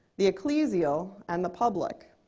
the ecclesial, and the public.